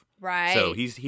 Right